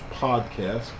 Podcast